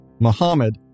Muhammad